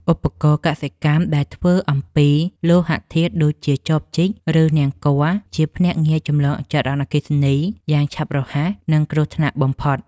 ឧបករណ៍កសិកម្មដែលធ្វើអំពីលោហធាតុដូចជាចបជីក ឬនង្គ័លជាភ្នាក់ងារចម្លងចរន្តអគ្គិសនីយ៉ាងឆាប់រហ័ស និងគ្រោះថ្នាក់បំផុត។